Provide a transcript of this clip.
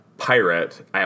Pirate